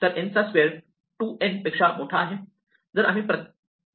तर n चा square 2n पेक्षा खूप मोठा आहे